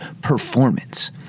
performance